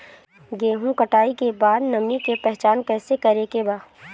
गेहूं कटाई के बाद नमी के पहचान कैसे करेके बा?